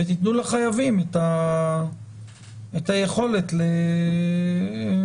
ותיתנו לחייבים את היכולת להכריע.